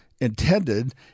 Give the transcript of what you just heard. intended